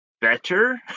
better